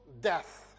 death